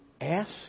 ask